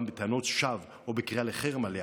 בטענות שווא או בקריאה לחרם עליה,